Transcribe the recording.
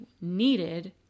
needed